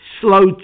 slow